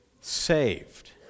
Saved